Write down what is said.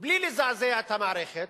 בלי לזעזע את המערכת,